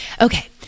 okay